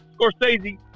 Scorsese